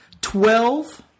Twelve